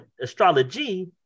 Astrology